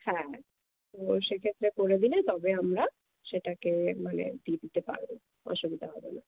হ্যাঁ তো সে ক্ষেত্রে করে দিলে তবে আমরা সেটাকে মানে দিয়ে দিতে পারবো অসুবিধা হবে না